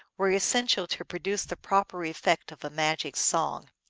were essential to produce the proper effect of a magic song.